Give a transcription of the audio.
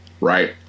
right